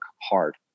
hard